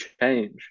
change